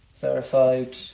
verified